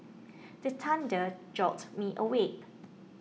the thunder jolt me awake